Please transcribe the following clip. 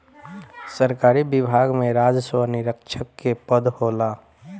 सरकारी विभाग में राजस्व निरीक्षक के पद होला